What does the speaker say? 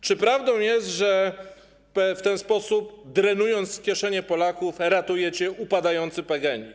Czy prawdą jest, że w ten sposób drenując kieszenie Polaków, ratujecie upadający PGNiG?